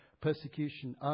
persecution